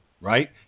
Right